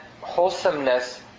wholesomeness